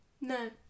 No